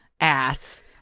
ass